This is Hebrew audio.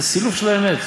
זה סילוף של האמת.